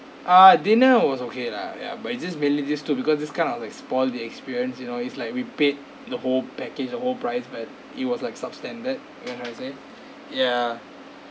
ah dinner was okay lah ya but it just mainly these two because this kind of like spoil the experience you know it's like we paid the whole package the whole price but it was like substandard you know what I'm trying to say ya